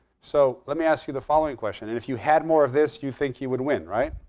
so let me ask you the following question. and if you had more of this, you think you would win, right?